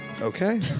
Okay